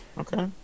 Okay